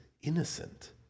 innocent